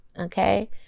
Okay